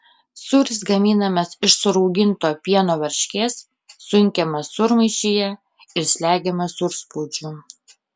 sūris gaminamas iš surauginto pieno varškės sunkiamas sūrmaišyje ir slegiamas sūrspaudžiu